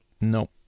No